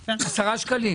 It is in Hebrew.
10 שקלים?